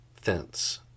fence